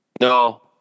No